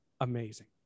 amazing